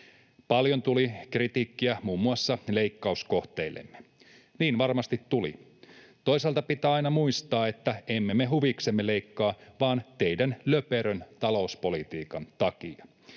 Paljon tuli kritiikkiä muun muassa leikkauskohteillemme. Niin varmasti tuli. Toisaalta pitää aina muistaa, että emme me huviksemme leikkaa vaan teidän löperön talouspolitiikkanne takia.